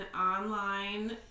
online